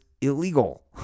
illegal